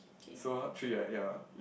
so h~ three right ya